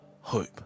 hope